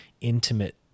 intimate